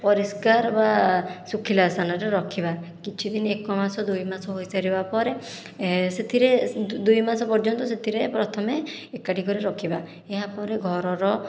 ପରିଷ୍କାର ବା ଶୁଖିଲା ସ୍ଥାନରେ ରଖିବା କିଛି ଦିନ ଏକ ମାସ ଦୁଇ ମାସ ହୋଇସାରିବା ପରେ ସେଥିରେ ଦୁଇ ମାସ ପର୍ଯ୍ୟନ୍ତ ସେଥିରେ ପ୍ରଥମେ ଏକାଠି କରି ରଖିବା ଏହା ପରେ ଘରର